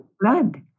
blood